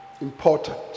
important